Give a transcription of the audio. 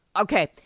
Okay